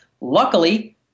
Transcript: Luckily